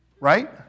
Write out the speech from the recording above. Right